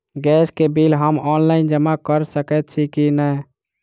Gas केँ bill हम online जमा कऽ सकैत छी की नै?